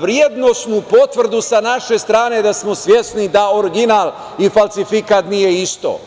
vrednosnu potvrdu sa naše strane da smo svesni da original i falsifikat nije isto.